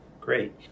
Great